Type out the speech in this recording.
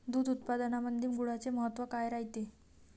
दूध उत्पादनामंदी गुळाचे महत्व काय रायते?